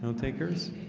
and takers.